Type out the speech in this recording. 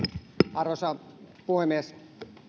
arvoisa puhemies